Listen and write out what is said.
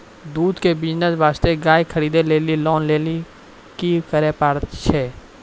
दूध के बिज़नेस वास्ते गाय खरीदे लेली लोन लेली की करे पड़ै छै?